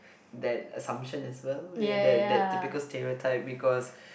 that assumption as well that that typical stereotype because